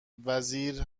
وزیر